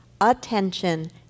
attention